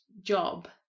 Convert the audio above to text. job